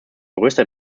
größter